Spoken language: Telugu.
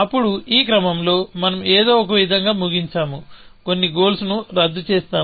అప్పుడు ఈ క్రమంలో మనం ఏదో ఒకవిధంగా ముగించాము కొన్ని గోల్స్ ను రద్దు చేస్తాము